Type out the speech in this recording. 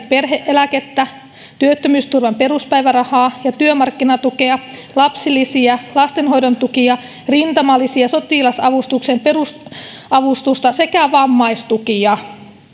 perhe eläkettä työttömyysturvan peruspäivärahaa ja työmarkkinatukea lapsilisiä lastenhoidon tukia rintamalisiä sotilasavustuksen perusavustusta sekä vammaistukia